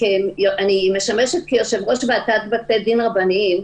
אני משמשת כיושבת-ראש ועדת בתי דין רבניים,